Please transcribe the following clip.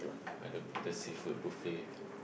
uh the the seafood buffet